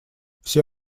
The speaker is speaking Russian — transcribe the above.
все